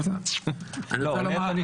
הרב פרוש,